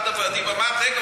אחד הוועדים אמר: רגע,